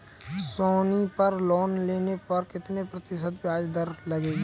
सोनी पर लोन लेने पर कितने प्रतिशत ब्याज दर लगेगी?